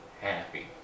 happy